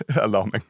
alarming